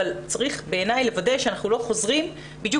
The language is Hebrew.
אבל צריך בעיניי לוודא שאנחנו לא חוזרים בדיוק